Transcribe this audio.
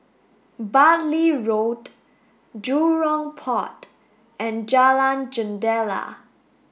Bartley Road Jurong Port and Jalan Jendela